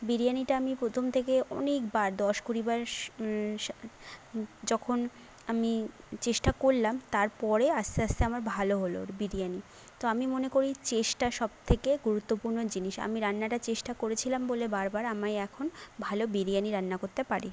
বিরিয়ানিটা আমি প্রথম থেকে অনেকবার দশ কুড়িবার যখন আমি চেষ্টা করলাম তারপরে আস্তে আস্তে আমার ভালো হলো বিরিয়ানি তো আমি মনে করি চেষ্টা সব থেকে গুরুত্বপূর্ণ জিনিস আমি রান্নাটা চেষ্টা করেছিলাম বলে বারবার আমায় এখন ভালো বিরিয়ানি রান্না করতে পারি